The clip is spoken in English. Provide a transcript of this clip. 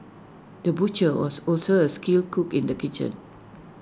the butcher was also A skilled cook in the kitchen